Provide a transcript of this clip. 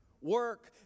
Work